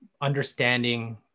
understanding